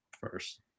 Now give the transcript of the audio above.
first